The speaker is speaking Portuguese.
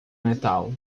metal